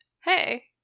hey